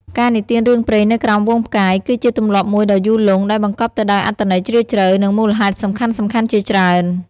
ការនិទានរឿងព្រេងនៅក្រោមហ្វូងផ្កាយ គឺជាទម្លាប់មួយដ៏យូរលង់ ដែលបង្កប់ទៅដោយអត្ថន័យជ្រាលជ្រៅ និងមូលហេតុសំខាន់ៗជាច្រើន ។